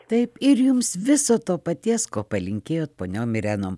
taip ir jums viso to paties ko palinkėjot poniom irenom